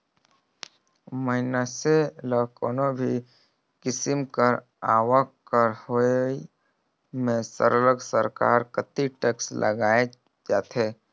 मइनसे ल कोनो भी किसिम कर आवक कर होवई में सरलग सरकार कती टेक्स लगाएच जाथे